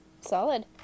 solid